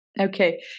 Okay